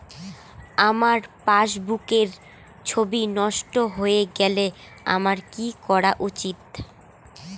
আমার পাসবুকের ছবি নষ্ট হয়ে গেলে আমার কী করা উচিৎ?